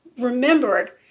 remembered